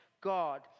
God